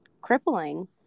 crippling